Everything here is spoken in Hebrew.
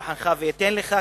ואתן לך,